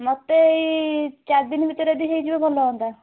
ମୋତେ ଏଇ ଚାରି ଦିନ ଭିତେରେ ଯଦି ହେଇଯିବ ଭଲ ହୁଅନ୍ତା